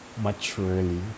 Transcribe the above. maturely